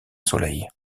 soleil